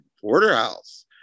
porterhouse